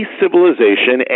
civilization